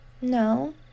No